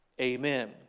Amen